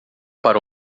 para